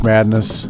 Madness